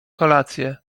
kolację